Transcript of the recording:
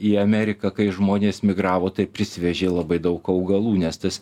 į ameriką kai žmonės migravo tai prisivežė labai daug augalų nes tas